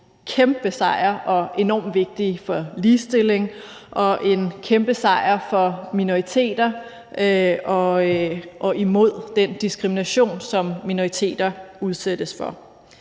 en kæmpe sejr og enormt vigtige for ligestillingen, og som er en kæmpe sejr for minoriteter i forhold til den diskrimination, minoriteter udsættes for.